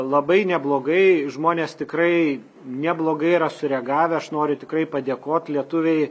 labai neblogai žmonės tikrai neblogai yra sureagavę aš noriu tikrai padėkot lietuviai